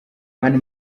mani